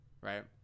Right